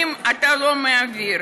אם אתה לא מעביר